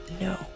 No